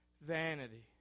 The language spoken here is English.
Vanity